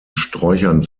sträuchern